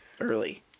early